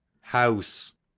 House